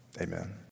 Amen